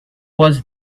was